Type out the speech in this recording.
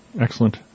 Excellent